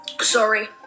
sorry